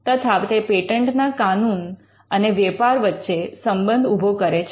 તથા તે પેટન્ટના કાનૂન અને વેપાર વચ્ચે સંબંધ ઊભો કરે છે